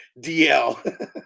DL